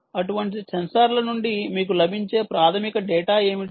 అటువంటి సెన్సార్ల నుండి మీకు లభించే ప్రాథమిక డేటా ఏమిటి